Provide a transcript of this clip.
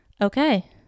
okay